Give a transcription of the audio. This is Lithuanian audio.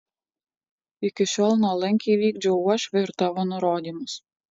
iki šiol nuolankiai vykdžiau uošvio ir tavo nurodymus